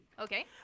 Okay